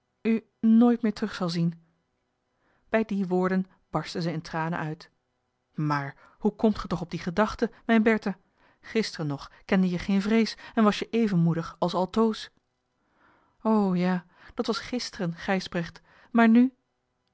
u nooit terug zal zien bij die woorden barstte zij in tranen uit maar hoe komt ge toch op die gedachte mijn bertha gisteren nog kende je geen vrees en was je even moedig als altoos o ja dat was gisteren gijsbrecht maar nu